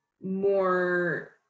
more